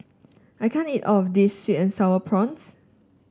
I can't eat all of this sweet and sour prawns